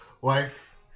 wife